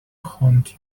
haunt